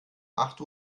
acht